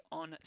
on